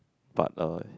but uh